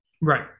Right